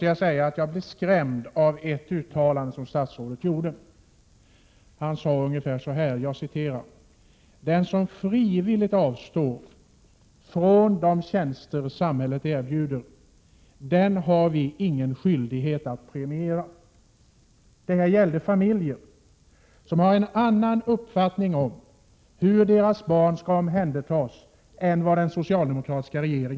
Jag blev skrämd av ett uttalande som statsrådet gjorde i fråga om familjer som har en annan uppfattning om hur deras barn skall omhändertas än vad den socialdemokratiska regeringen har. Han sade ungefär så här: Den som frivilligt avstår från de tjänster samhället erbjuder har vi ingen skyldighet att premiera.